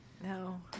No